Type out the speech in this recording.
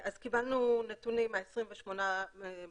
אז קיבלנו נתונים מה-28 באוקטובר